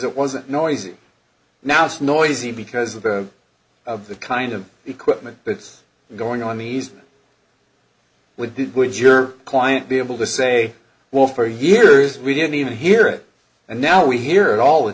it wasn't noisy now it's noisy because of of the kind of equipment that's going on these would do with your client be able to say well for years we didn't even hear it and now we hear it all the